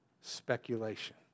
speculation